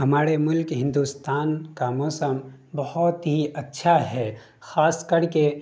ہمارے ملک ہندوستان کا موسم بہت ہی اچھا ہے خاص کر کے